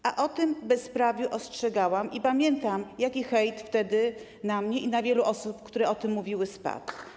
Przed tym bezprawiem ostrzegałam i pamiętam, jaki hejt wtedy na mnie i na wiele osób, które o tym mówiły, spadł.